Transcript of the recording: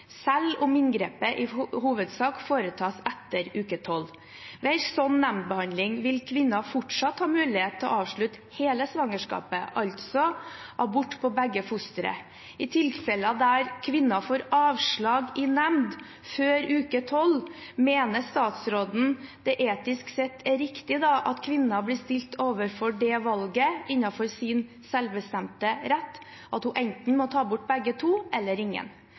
selv om inngrepet i hovedsak foretas etter uke 12. Ved en slik nemndbehandling vil kvinnen fortsatt ha mulighet til å avslutte hele svangerskapet, altså abort av begge fostre. I tilfeller der kvinnen får avslag i nemnd før uke 12, mener statsråden det etisk sett er riktig at kvinnen blir stilt overfor det valget – innenfor sin selvbestemte rett – at hun enten må ta bort begge to eller ingen?